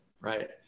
right